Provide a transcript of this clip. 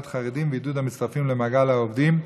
חרדים ועידוד המצטרפים למעגל העובדים,